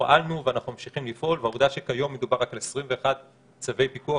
פעלנו ואנחנו ממשיכים לפעול; עובדה שכיום מדובר רק על 21 צווי פיקוח